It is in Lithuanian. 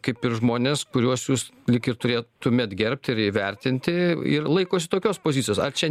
kaip ir žmonės kuriuos jūs lyg ir turėtumėt gerbt ir įvertinti ir laikosi tokios pozicijos ar čia